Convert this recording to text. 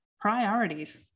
Priorities